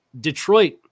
Detroit